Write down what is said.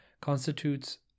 constitutes